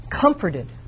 comforted